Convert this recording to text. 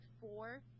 four